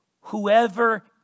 Whoever